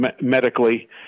medically